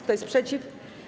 Kto jest przeciw?